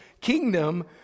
kingdom